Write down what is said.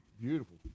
beautiful